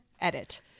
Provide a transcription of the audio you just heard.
edit